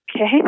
Okay